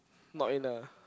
not in ah